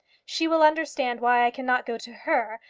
she will understand why i cannot go to her,